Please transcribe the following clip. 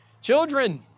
children